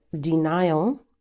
denial